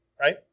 right